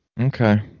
Okay